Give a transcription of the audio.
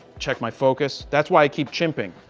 check my focus. that's why i keep chimping.